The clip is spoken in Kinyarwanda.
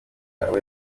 yawe